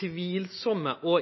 «tvilsomme» og